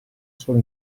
sole